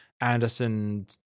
anderson